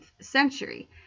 century